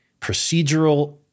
procedural